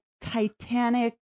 Titanic